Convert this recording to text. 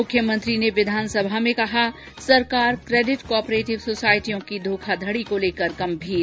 मुख्यमंत्री ने विधानसभा में कहा सरकार क्रेडिट कॉपरेटिव सोसायटियों की घोखाघडी को लेकर गंभीर